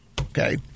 Okay